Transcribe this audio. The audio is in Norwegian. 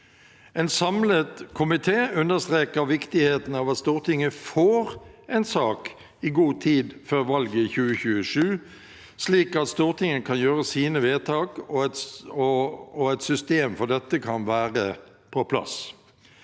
En samlet komité understreker viktigheten av at Stortinget får en sak i god tid før valget i 2027, slik at Stortinget kan gjøre sine vedtak, og at et system for dette kan være på plass.